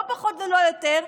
לא פחות ולא יותר,